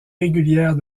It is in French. régulière